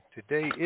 Today